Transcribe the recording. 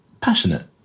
Passionate